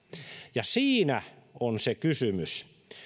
ja siinä on se kysymys